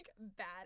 bad